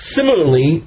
Similarly